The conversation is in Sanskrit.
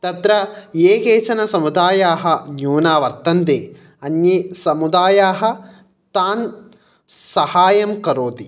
तत्र ये केचनसमुदायाः न्यूना वर्तन्ते अन्ये समुदायाः तान् सहायं करोति